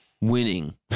winning